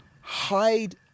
hide